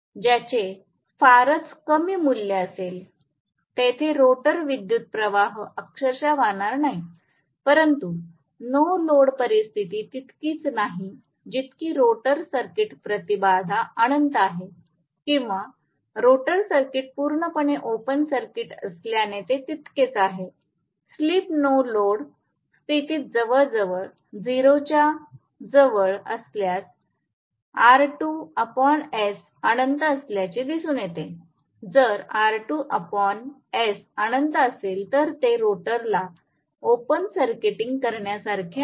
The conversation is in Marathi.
ज्याचे फारच कमी मूल्य असेल तिथे रोटर विद्युतप्रवाह अक्षरशः वाहणार नाही म्हणून नो लोड परिस्थिती तितकीच नाही जितकी रोटर सर्किट प्रतिबाधा अनंत आहे किंवा रोटर सर्किट पूर्णपणे ओपन सर्किट असल्याने ते तितकेच आहे स्लिप नो लोड स्थितीत जवळजवळ 0 च्या जवळ असल्यास आर 2 एस अनंत असल्याचे दिसून येते जर आर 2 एस अनंत असेल तर ते रोटरला ओपन सर्किटिंग करण्यासारखेच आहे